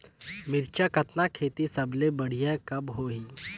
मिरचा कतना खेती सबले बढ़िया कब होही?